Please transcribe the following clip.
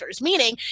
Meaning